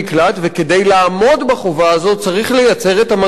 וכדי לעמוד בחובה הזאת צריך לייצר את המנגנון